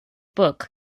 book